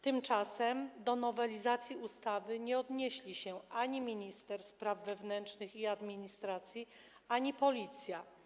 Tymczasem do nowelizacji ustawy nie odnieśli się ani minister spraw wewnętrznych i administracji, ani Policja.